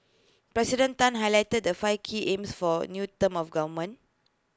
President Tan highlighted the five key aims for the new term of government